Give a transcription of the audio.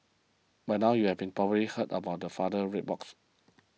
by now you have been probably heard about the father's red box